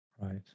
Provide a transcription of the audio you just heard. Right